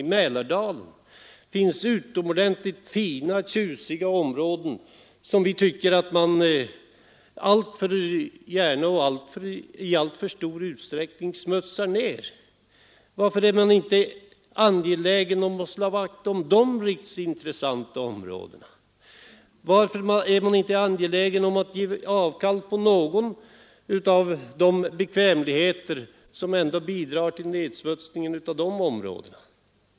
I Mälardalen finns mycket fina och tjusiga områden som vi tycker att man i alltför stor utsträckning smutsar ner. Varför är man inte angelägen att slå vakt om dessa riksintressanta områden? Varför är man inte angelägen att ge avkall på några av de bekvämligheter som bidrar till nedsmutsningen i dessa områden?